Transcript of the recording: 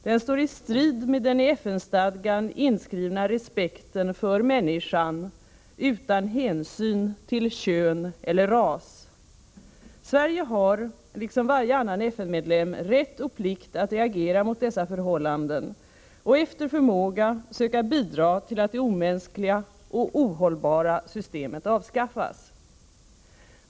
Den står i strid med den i FN-stadgan inskrivna respekten för människan utan hänsyn till kön eller ras. Sverige har, liksom varje annan FN-medlem, rätt och plikt att reagera mot dessa förhållanden och efter förmåga söka bidra till att det omänskliga och ohållbara systemet avskaffas.